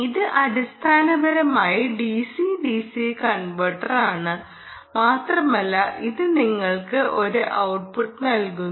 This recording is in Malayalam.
ഇത് അടിസ്ഥാനപരമായി DC DC കൺവെർട്ടറാണ് മാത്രമല്ല ഇത് നിങ്ങൾക്ക് ഒരു ഔട്ട്പുട്ട് നൽകുന്നു